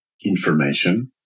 information